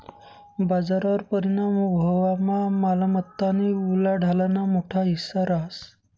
बजारवर परिणाम व्हवामा मालमत्तानी उलाढालना मोठा हिस्सा रहास